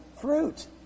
fruit